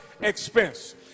expense